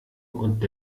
und